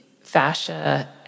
fascia